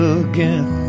again